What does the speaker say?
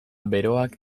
beroak